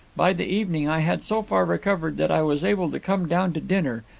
by the evening i had so far recovered that i was able to come down to dinner,